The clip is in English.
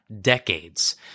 decades